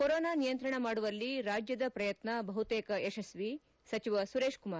corona ನಿಯಂತ್ರಣ ಮಾಡುವಲ್ಲಿ ರಾಜ್ಯದ ಪ್ರಯತ್ನ ಬಹುತೇಕ ಯಶಸ್ವಿ ಸಚಿವ ಸುರೇಶ್ ಕುಮಾರ್